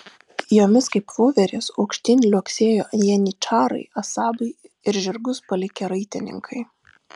jomis kaip voverės aukštyn liuoksėjo janyčarai asabai ir žirgus palikę raitininkai